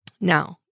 Now